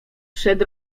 przed